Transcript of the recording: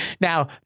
Now